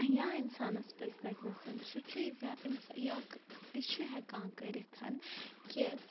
یا اِنسانَس پَزِ تَتِنَسَن سُہ چیٖز یا اِنسا یا کہٕ تہِ چھُ ہٮ۪کان کٔرِتھ کہِ